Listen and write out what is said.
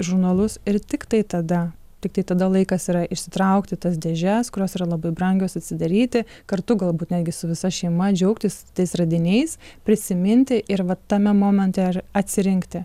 žurnalus ir tiktai tada tiktai tada laikas yra išsitraukti tas dėžes kurios yra labai brangios atsidaryti kartu galbūt netgi su visa šeima džiaugtis tais radiniais prisiminti ir va tame momente ar atsirinkti